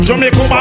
Jamaica